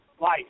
life